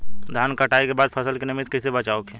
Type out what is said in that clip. धान के कटाई के बाद फसल के नमी से कइसे बचाव होखि?